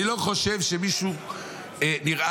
אני לא חושב שלמישהו נראה,